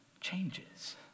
changes